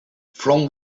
from